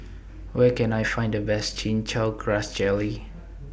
Where Can I Find The Best Chin Chow Grass Jelly